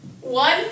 One